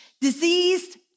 Diseased